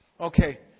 Okay